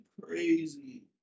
crazy